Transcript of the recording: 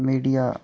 media